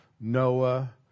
Noah